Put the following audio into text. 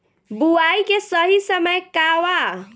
बुआई के सही समय का वा?